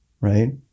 right